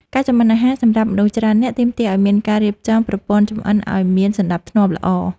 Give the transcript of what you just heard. ការចម្អិនអាហារសម្រាប់មនុស្សច្រើននាក់ទាមទារឱ្យមានការរៀបចំប្រព័ន្ធចង្ក្រានឱ្យមានសណ្តាប់ធ្នាប់ល្អ។